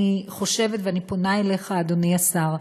אני חושבת, ואני פונה אליך, אדוני השר: